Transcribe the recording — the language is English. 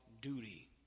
duty